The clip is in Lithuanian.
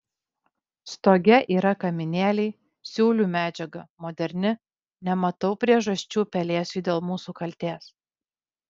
stoge yra kaminėliai siūlių medžiaga moderni nematau priežasčių pelėsiui dėl mūsų kaltės